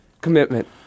Commitment